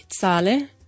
zahle